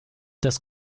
das